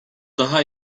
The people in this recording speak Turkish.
daha